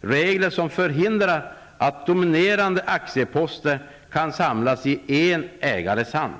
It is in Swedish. regler som förhindrar att dominerande aktieposter kan samlas i en ägares hand.